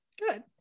Good